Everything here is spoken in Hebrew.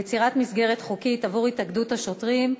יצירת מסגרת חוקית עבור התאגדות שוטרים.